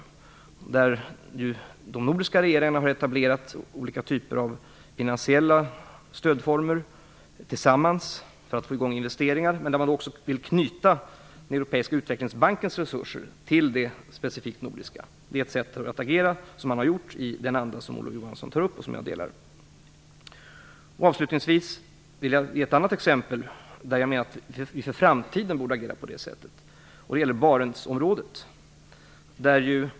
I det samarbetet har de nordiska regeringarna tillsammans etablerat olika typer av finansiella stödformer för att få i gång investeringar. Man har också önskat knyta Europeiska utvecklingsbankens resurser till det specifikt nordiska. Det är exempel på den goda anda man agerat i, och som Olof Johansson tar upp. Jag delar hans uppfattning på den punkten. Avslutningsvis vill jag ta upp ett exempel som gäller Barentsområdet - jag menar att vi för framtiden bör agera på ett sådant sätt.